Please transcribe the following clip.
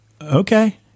Okay